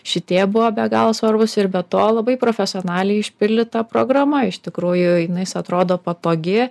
šitie buvo be galo svarbūs ir be to labai profesionaliai išpildyta programa iš tikrųjų jinais atrodo patogi